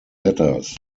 letters